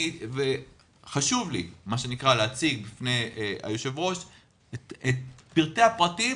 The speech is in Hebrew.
חשוב לי להציג בפני היושבת ראש את פרטי הפרטים,